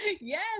Yes